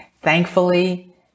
Thankfully